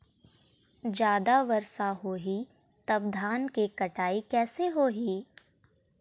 जादा वर्षा होही तब धान के कटाई कैसे होही?